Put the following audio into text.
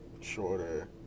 shorter